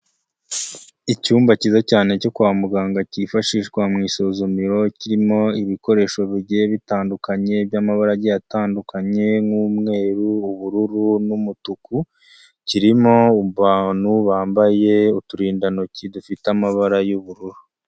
Icyumba cyiza cyane cyo kwa muganga, cyifashishwa mu isuzumiro, kirimo ibikoresho bigiye bitandukanye, by'amabaragi atandukanye, nk'umweru, ubururu n'umutuku, kirimo abantu bambaye uturindantoki dufite amabara y'ubururu.